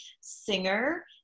singer